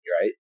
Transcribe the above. right